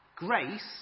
Grace